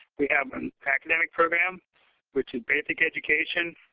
we have an academic program which is basic education.